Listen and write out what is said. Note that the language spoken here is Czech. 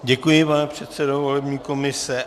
Děkuji, pane předsedo volební komise.